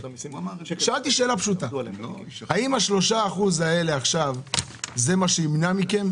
שאלתי האם ה-3% האלה ימנעו מכם?